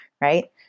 right